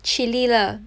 chilly lah